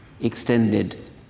Extended